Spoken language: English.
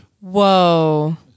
Whoa